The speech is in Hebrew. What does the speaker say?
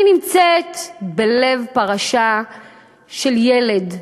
אני נמצאת בלב פרשה של ילד,